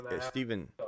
Stephen